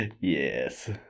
Yes